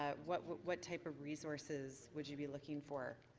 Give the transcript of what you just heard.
ah what what type of resources would you be looking for?